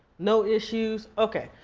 no issues? okay,